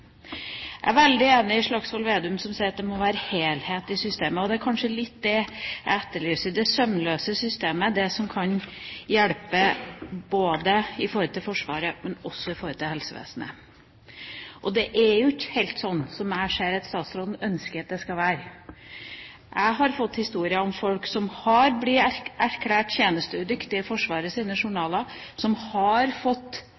Jeg er veldig enig med Slagsvold Vedum som sier at det må være helhet i systemet. Og det er kanskje litt det jeg etterlyser, det sømløse systemet, det som kan hjelpe i Forsvaret, men også i helsevesenet. Det er jo ikke helt slik som jeg ser at statsråden ønsker at det skal være. Jeg har fått historier fra folk som har blitt erklært tjenesteudyktig i Forsvarets journaler, som har fått